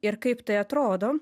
ir kaip tai atrodo